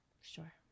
Sure